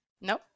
No